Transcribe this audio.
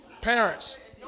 parents